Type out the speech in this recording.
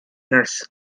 nurse